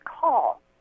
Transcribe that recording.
call